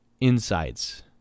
insights